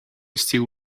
still